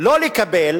לא לקבל